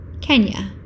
Kenya